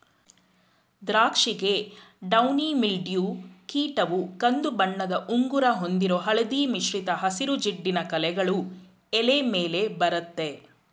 ದ್ರಾಕ್ಷಿಗೆ downy mildew ಕೀಟವು ಕಂದುಬಣ್ಣದ ಉಂಗುರ ಹೊಂದಿರೋ ಹಳದಿ ಮಿಶ್ರಿತ ಹಸಿರು ಜಿಡ್ಡಿನ ಕಲೆಗಳು ಎಲೆ ಮೇಲೆ ಬರತ್ತೆ